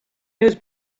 news